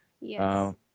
Yes